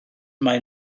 mae